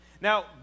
Now